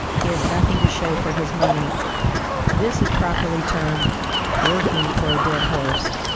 he has nothing to show for his money this is properly termed working for a dead horse.